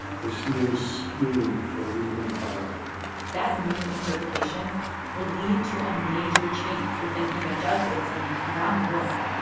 this new scheme for reading the bible that new interpretation would lead to a major change within evangelicalism around the world